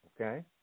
Okay